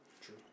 True